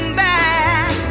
back